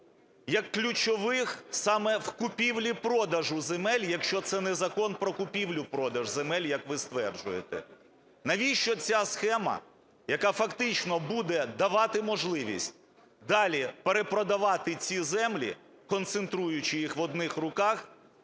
як ключових саме в купівлі-продажу земель, якщо це не Закон про купівлю-продаж земель, як ви стверджуєте? Навіщо ця схема, яка фактично буде давати можливість далі перепродавати ці землі, концентруючи їх в одних руках,